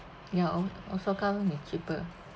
ya o~ osaka is cheaper